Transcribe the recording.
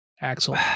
Axel